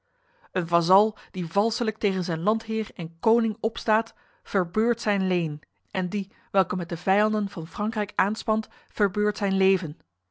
een vazal die valselijk tegen zijn landheer en koning opstaat verbeurt zijn leen en die welke met de vijanden van frankrijk aanspant verbeurt zijn leven